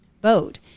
boat